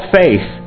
faith